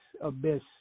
Abyss